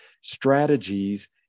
Strategies